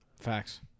Facts